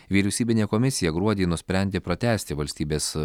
vyriausybinė komisija gruodį nusprendė pratęsti valstybės